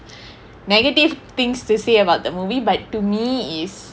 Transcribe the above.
negative things to say about the movie but to me is